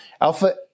Alpha